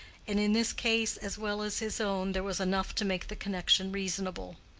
and in this case as well as his own there was enough to make the connection reasonable.